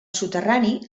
soterrani